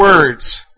words